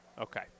Okay